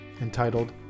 entitled